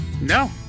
No